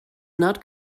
not